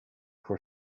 for